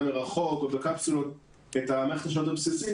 מרחוק או בקפסולות את מערכת השעות הבסיסית,